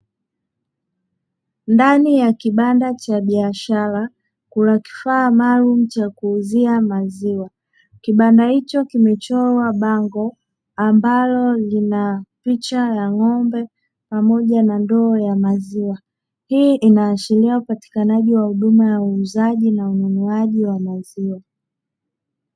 Ndani ya kibanda cha biashara kuna kifaa maalumu cha kuuzia maziwa. Kibanda hicho kimechorwa bango ambalo lina picha ya ng'ombe pamoja na ndoo ya maziwa. Hii inaashiria upatikanaji wa huduma ya uuzaji na ununuaji wa maziwa.